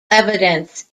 evidence